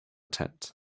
tent